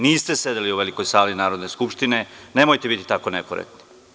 Niste sedeli u Velikoj sali Narodne skupštine, nemojte biti tako nekorektni.